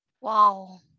Wow